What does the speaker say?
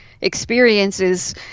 experiences